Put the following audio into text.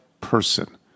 person